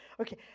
Okay